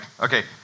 okay